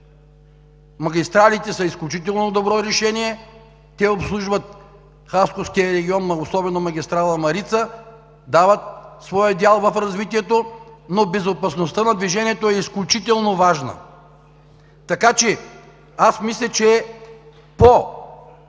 Магистралите са изключително добро решение. Те обслужват Хасковския регион, особено магистрала „Марица“, дават своя дял в развитието, но безопасността на движението е изключително важна. Аз мисля, че по